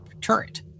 turret